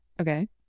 Okay